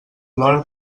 plora